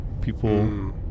people